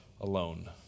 alone